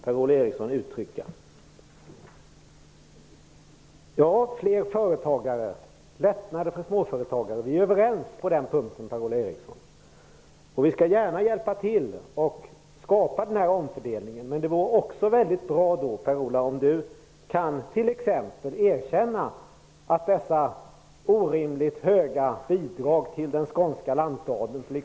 Vi är överens om att vi behöver fler företagare och lättnader för företagare, Per-Ola Eriksson. Vi skall gärna hjälpa till att skapa den här omfördelningen, men då vore det också mycket bra om Per-Ola Eriksson kunde erkänna att dessa höga bidrag till den skånska lantadeln är orimliga.